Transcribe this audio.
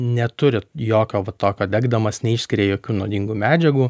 neturi jokio va tokio degdamas neišskiria jokių nuodingų medžiagų